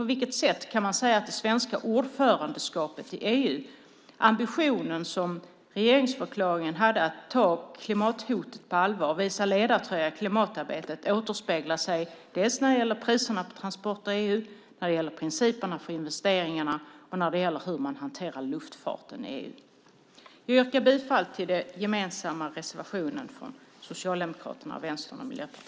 På vilket sätt kan man säga att det svenska ordförandeskapets ambition i regeringsförklaringen att ta klimathotet på allvar och visa ledartröjan i klimatarbetet återspeglar sig när det gäller dels priserna på transporter i EU, dels principerna för investeringarna och dels hur man hanterar luftfarten i EU? Jag yrkar bifall till den gemensamma reservationen från Socialdemokraterna, Vänstern och Miljöpartiet.